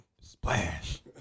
Splash